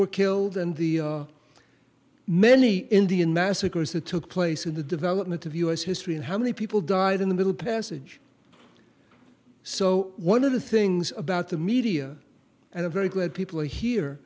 were killed and the many indian massacres that took place in the development of u s history and how many people died in the middle passage so one of the things about the media and i'm very glad people